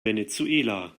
venezuela